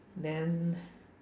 then